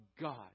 God